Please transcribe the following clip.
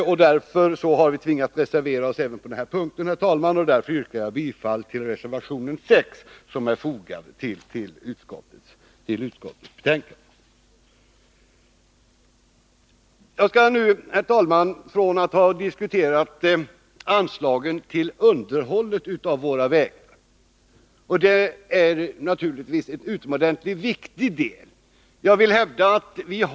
Vi har därför tvingats att reservera oss, och jag yrkar bifall till reservation nr 6. Herr talman! Från att ha diskuterat anslagen till underhåll av vägar, något som naturligtvis är utomordentligt viktigt, skall jag nu gå över till frågan om byggande av nya vägar.